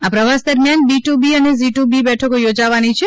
આ પ્રવાસ દરમિયાન બી ટૂ બી અને ઝી ટૂ બી બેઠકો યોજાવાની છે